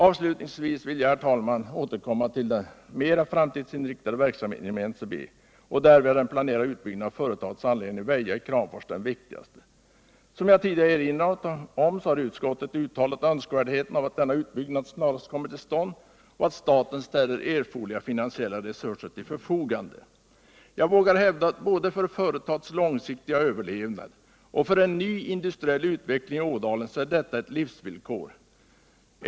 Avslutningsvis vill jag, herr talman, återkomma till den mer framtidsinriktade verksamheten inom NCB. Därvid är den planerade utbyggnaden av företagets anläggningar i Väja i Kramfors den viktigaste. Som jag tidigare har erinrat om har utskottet uttalat önskvärdheten av att denna utbyggnad snarast kommer till stånd och att staten ställer erforderliga finansiella resurser till förfogande. Jag vågar hävda att både för företagets långsiktiga överlevnad och för en ny industriell utveckling i Ådalen är detta ett livsvillkor.